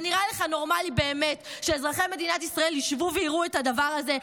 זה באמת נראה לך נורמלי שאזרחי ישראל ישבו ויראו את הדבר הזה?